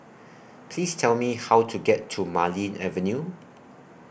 Please Tell Me How to get to Marlene Avenue